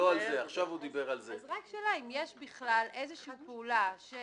אז רק שאלה אם יש בכלל איזושהי פעולה של